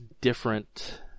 different